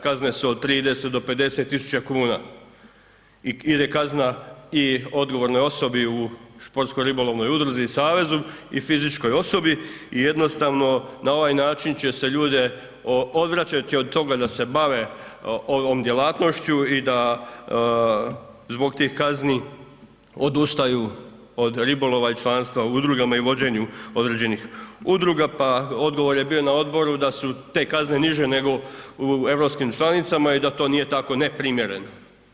Kazne su od 30 do 50 tisuća kuna i ide kazna i odgovornoj osobi u športsko ribolovnoj udruzi i savezi i fizičkoj osobi i jednostavno na ovaj način će se ljude odvraćati od toga da se bave ovom djelatnošću i da zbog tih kazni odustaju od ribolova i članstva u udrugama i vođenju određenih udruga, pa odgovor je bio na odboru da su te kazne niže nego u EU članicama i da to nije tako neprimjereno.